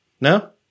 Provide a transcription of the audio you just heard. No